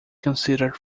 considered